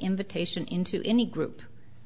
invitation into any group